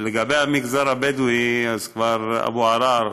לגבי המגזר הבדואי, כבר אבו עראר